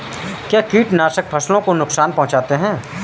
क्या कीटनाशक फसलों को नुकसान पहुँचाते हैं?